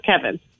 Kevin